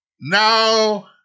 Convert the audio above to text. now